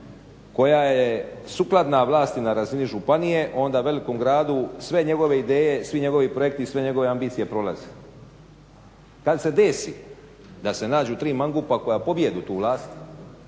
koja je sukladna vlasti na razini županije onda u velikom gradu sve njegove ideje, svi njegovi projekti i sve njegove ambicije prolaze. Kad se desi da se nađu tri mangupa koja pobijede tu vlast